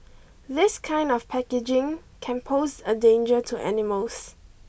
this kind of packaging can pose a danger to animals